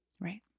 right